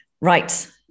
Right